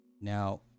now